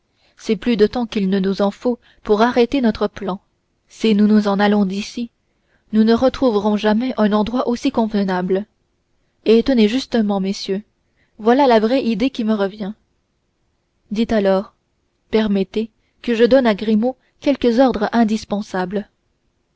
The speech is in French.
c'est plus de temps qu'il ne nous en faut pour arrêter notre plan si nous nous en allons d'ici nous ne retrouverons jamais un endroit aussi convenable et tenez justement messieurs voilà la vraie idée qui me vient dites alors permettez que je donne à grimaud quelques ordres indispensables